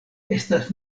estas